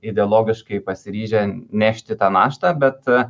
ideologiškai pasiryžę nešti tą naštą bet